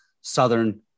Southern